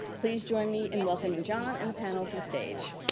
please join me in welcoming john and the panel to the stage.